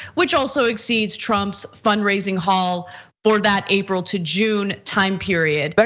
which also exceeds trump's fundraising haul for that april to june time period. but